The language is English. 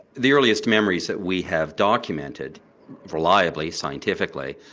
the earliest memories that we have documented reliably, scientifically,